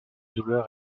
douleur